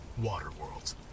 Waterworld